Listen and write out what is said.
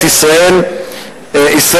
את ישראל היפה,